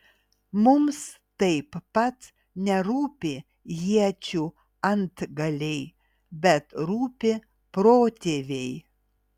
mums taip pat nerūpi iečių antgaliai bet rūpi protėviai